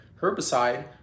herbicide